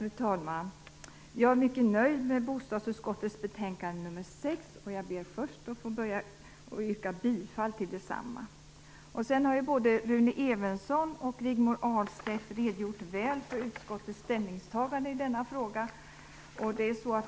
Fru talman! Jag är mycket nöjd med bostadsutskottets betänkande nr 6, och jag ber först att få yrka bifall till hemställan i detta betänkande. Både Rune Evensson och Rigmor Ahlstedt har redogjort väl för utskottets ställningstagande i denna fråga.